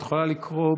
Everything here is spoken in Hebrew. את יכולה לקרוא,